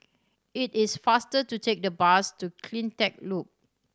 it is faster to take the bus to Cleantech Loop